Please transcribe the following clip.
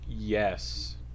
Yes